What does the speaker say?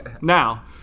now